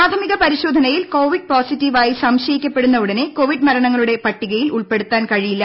പ്രാ്ഥമിക പരിശോധനയിൽ കോവിഡ് പോസിറ്റീവായി സംശയിക്കപ്പെടുന്ന ഉടനെ കോവിഡ് മരണങ്ങളുടെ പട്ടികയിൽ ഉൾപ്പെടുത്താൻ കഴിയില്ല